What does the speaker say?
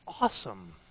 awesome